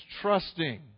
trusting